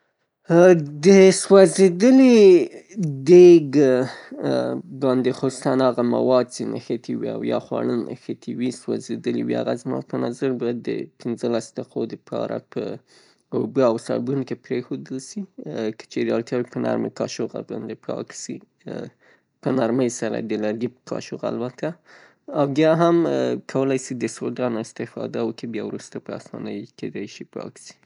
د سوځیدلي دیګ باندې خو تنها هغه مواد چې نښتي وي او یا خواړه نښتي وي سوزیدلي وي هغه زما په نظر باندې به د پنځه لس دقیقو د پاره په اوبه او صابون کې پریښودل شي که چیري اړتیا وي په نرمي کاشغه باندې پاک شي په نرمي سره د لرګي په کاشغه البته او بیا هم کولی شي د سودا نه استفاده وکی او بیا وروسته په آسانۍ کیدی شي پاک شي.